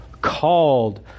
Called